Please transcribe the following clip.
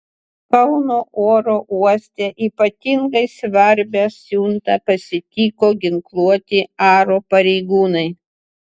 kauno oro uoste ypatingai svarbią siuntą pasitiko ginkluoti aro pareigūnai